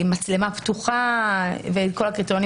הקריטריונים